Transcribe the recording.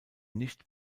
nicht